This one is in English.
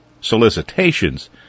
solicitations